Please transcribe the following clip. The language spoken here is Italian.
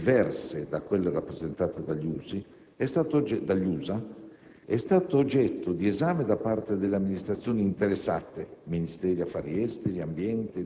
che muove da analisi scientifiche diverse da quelle rappresentate dagli USA, è stata oggetto di esame da parte dei Dicasteri interessati